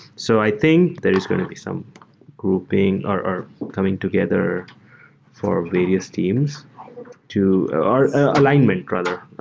so i think there is going to be some grouping or coming together for various teams to or alignment rather.